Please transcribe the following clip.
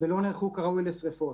לא נערכו כראוי לשרפות.